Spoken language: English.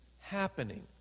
happening